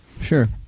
Sure